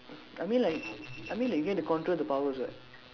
I mean like I mean like you get to control the powers what